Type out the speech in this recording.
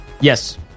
Yes